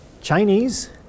Chinese